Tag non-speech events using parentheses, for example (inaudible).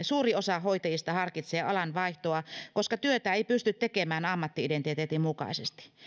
(unintelligible) suuri osa hoitajista harkitsee alanvaihtoa koska työtä ei pysty tekemään ammatti identiteetin mukaisesti